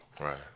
Right